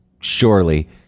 surely